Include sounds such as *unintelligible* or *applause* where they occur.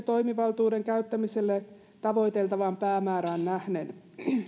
*unintelligible* toimivaltuuden käyttämisellä tavoiteltavaan päämäärään nähden